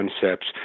concepts